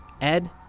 Ed